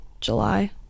July